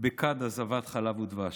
בכד זבת, חלב ודבש.